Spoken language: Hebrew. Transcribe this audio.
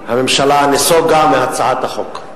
הממשלה נסוגה מהצעת החוק.